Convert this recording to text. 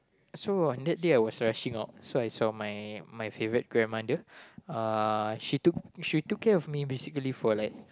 so on that day I was rushing out so I saw my my favorite grandmother uh she took she took care of me basically for like